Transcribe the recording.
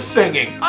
singing